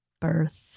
birth